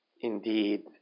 Indeed